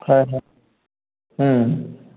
হয় হয়